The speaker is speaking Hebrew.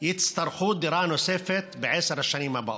יצטרכו דירה נוספת בעשר השנים הבאות,